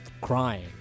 crying